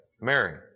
Mary